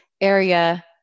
area